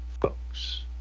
folks